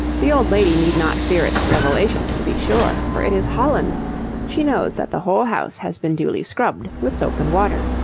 the old lady need not fear its revelations, to be sure, for it is holland she knows that the whole house has been duly scrubbed with soap and water.